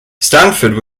stanford